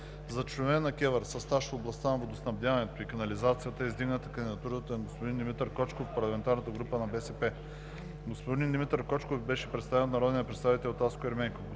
За членове на КЕВР със стаж в областта на водоснабдяването и канализацията е издигната кандидатурата на господин Димитър Кочков от ПГ на БСП. Господин Димитър Кочков беше представен от народния представител Таско Ерменков.